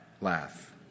laugh